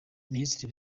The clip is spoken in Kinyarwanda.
minisitiri